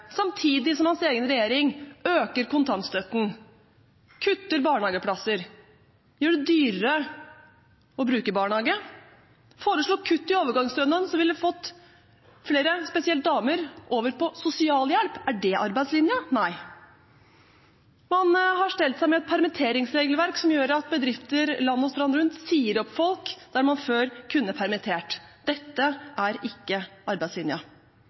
samtidig som hans egen regjering øker kontantstøtten, kutter barnehageplasser, gjør det dyrere å bruke barnehage og foreslår kutt i overgangsstønaden som ville fått flere – spesielt damer – over på sosialhjelp. Er det arbeidslinjen? Nei. Man har stelt seg til med et permitteringsregelverk som gjør at bedrifter land og strand rundt sier opp folk, der man før kunne permittert. Dette er ikke